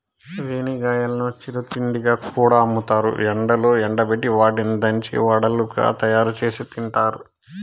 రేణిగాయాలను చిరు తిండిగా కూడా అమ్ముతారు, ఎండలో ఎండబెట్టి వాటిని దంచి వడలుగా తయారుచేసి తింటారు